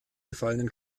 gefallenen